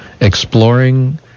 exploring